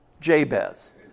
Jabez